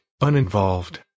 uninvolved